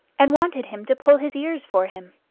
and wanted him to pull his ears for him.